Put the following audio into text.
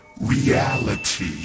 reality